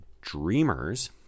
Dreamers